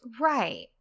right